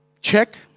check